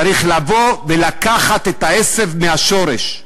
צריך לבוא ולקחת את העשב מהשורש.